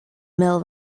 mill